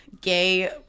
gay